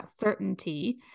certainty